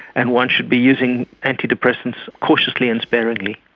and one should be using antidepressants cautiously and sparingly.